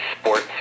sports